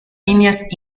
líneas